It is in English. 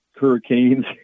hurricanes